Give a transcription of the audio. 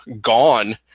gone